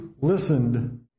listened